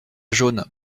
jaune